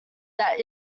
that